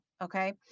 Okay